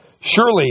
Surely